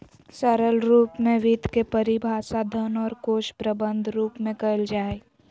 सरल रूप में वित्त के परिभाषा धन और कोश प्रबन्धन रूप में कइल जा हइ